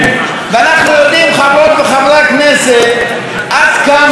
חברות וחברי הכנסת עד כמה יוקרתה,